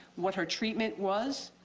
what her treatment was,